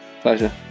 Pleasure